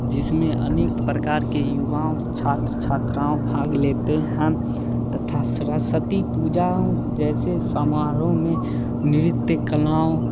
जिसमें अनेक प्रकार के युवाओं छात्र छात्राओं भाग लेते हैं तथा सरस्वती पूजाओं जैसे समारोह में नृत्य कलाओं